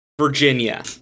Virginia